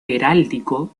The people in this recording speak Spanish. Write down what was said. heráldico